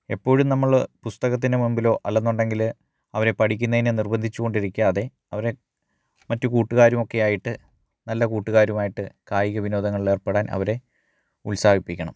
എപ്പോഴും നമ്മള് പുസ്തകത്തിൻ്റെ മുൻപിലോ അല്ലാന്നുണ്ടെങ്കിൽ അവരെ പഠിക്കുന്നതിന് നിർബന്ധിച്ച് കൊണ്ടിരിക്കാതെ അവരെ മറ്റ് കൂട്ടുകാരുമൊക്കെ ആയിട്ട് നല്ല കൂട്ടുകാരുമായിട്ട് കായിക വിനോദങ്ങളിലേർപ്പെടാൻ അവരെ ഉത്സാഹിപ്പിക്കണം